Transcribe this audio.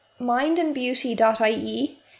mindandbeauty.ie